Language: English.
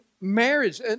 marriage